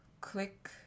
click